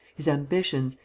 his ambitions,